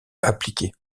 appliqués